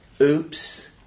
Oops